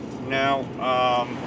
Now